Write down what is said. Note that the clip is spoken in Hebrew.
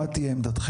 מה תהיה עמדתכם?